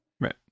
Right